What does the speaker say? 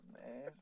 man